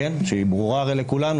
שהיא ברורה הרי לכולנו,